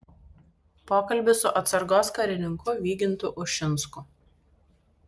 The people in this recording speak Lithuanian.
pokalbis su atsargos karininku vygintu ušinsku